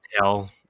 Hell